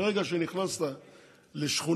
הריכוזיות ורמת התחרותיות הנמוכה במשק זה נותרו בעינם.